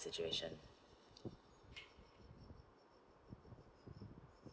situation